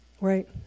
right